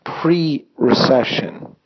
pre-recession